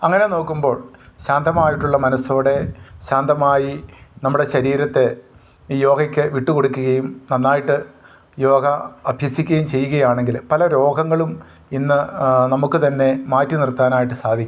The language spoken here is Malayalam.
അങ്ങനെ നോക്കുമ്പോൾ ശാന്തമായിട്ടുള്ള മനസ്സോടെ ശാന്തമായി നമ്മുടെ ശരീരത്തെ ഈ യോഗയ്ക്ക് വിട്ട് കൊടുക്കുകയും നന്നായിട്ട് യോഗ അഭ്യസിക്കയും ചെയ്യുകയാണെങ്കിൽ പല രോഗങ്ങളും ഇന്ന് നമുക്ക് തന്നെ മാറ്റി നിർത്താനായിട്ട് സാധിക്കും